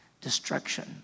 destruction